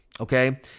okay